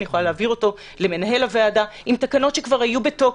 אני יכולה להעביר אותו למנהל הוועדה עם תקנות שכבר היו בתוקף,